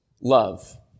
love